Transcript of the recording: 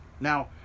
Now